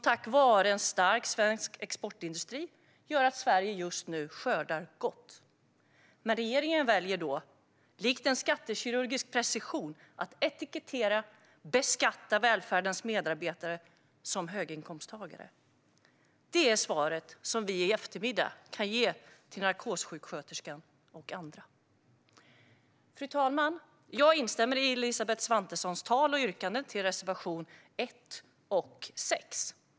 Tack vare en stark svensk exportindustri skördar Sverige just nu gott. Då väljer regeringen att med skattekirurgisk precision etikettera och beskatta välfärdens medarbetare som höginkomsttagare. Det är svaret vi kan ge narkossjuksköterskan och andra i eftermiddag. Fru talman! Jag instämmer i det Elisabeth Svantesson sa i sitt tal och yrkar bifall till reservationerna 1 och 6.